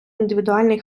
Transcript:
індивідуальний